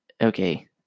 okay